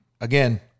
again